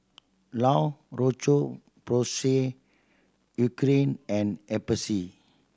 La Roche Porsay Eucerin and